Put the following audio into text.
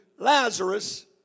Lazarus